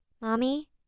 Mommy